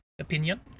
opinion